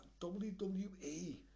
WWE